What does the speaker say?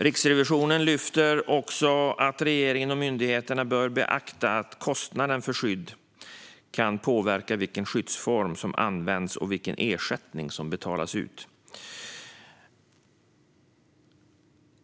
Riksrevisionen lyfter också fram att regeringen och myndigheterna bör beakta att kostnaderna för skydd kan påverka vilken skyddsform som används och vilken ersättning som betalas ut.